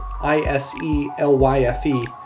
I-S-E-L-Y-F-E